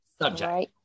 Subject